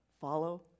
follow